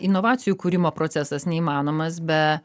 inovacijų kūrimo procesas neįmanomas be